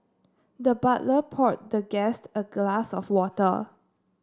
the butler poured the guest a glass of water